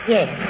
Yes